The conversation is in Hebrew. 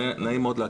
נעים מאוד להכיר.